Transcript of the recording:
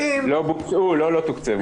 לא בוצעו, לא לא תוקצבו.